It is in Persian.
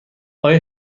آیا